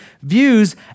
views